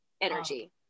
energy